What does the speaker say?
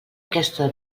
aquesta